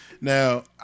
Now